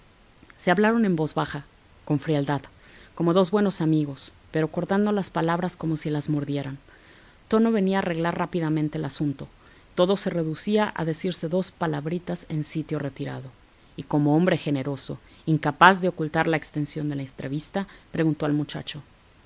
se hablaron en voz baja con frialdad como dos buenos amigos pero cortando las palabras como si las mordieran tono venía a arreglar rápidamente el asunto todo se reducía a decirse dos palabritas en sitio retirado y como hombre generoso incapaz de ocultar la extensión de la entrevista preguntó al muchacho